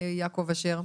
יעקב אשר,